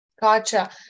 Gotcha